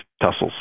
tussles